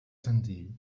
senzill